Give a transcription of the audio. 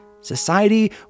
Society